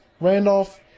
Randolph